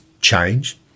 change